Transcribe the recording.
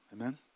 Amen